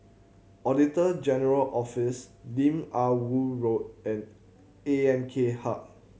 Auditor General Office Lim Ah Woo Road and A M K Hub